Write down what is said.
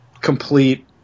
complete